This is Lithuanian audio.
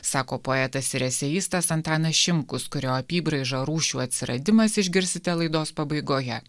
sako poetas ir eseistas antanas šimkus kurio apybraižą rūšių atsiradimas išgirsite laidos pabaigoje